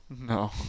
No